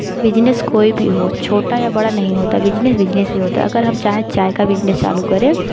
business कोई भी हो छोटा या बड़ा नही होता बिजनस बिजनस ही होता है अगर हम चाहें चाय का बिजनस चालू करें